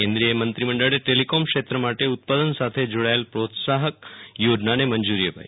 કેન્દ્રીય્ મંત્રી મંડળે ટેલીકોમ ક્ષેત્ર માટે ઉત્પાદન સાથે જોડાચેલ પ્રોત્સાહક યોજનાને મંજુરી અપાઈ